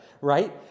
right